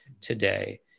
today